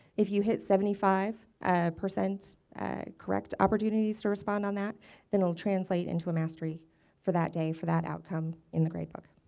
if you hit seventy five percent correct opportunities to respond on that then will translate into a mastery for that day for that outcome in the gradebook.